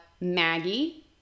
Maggie